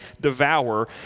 devour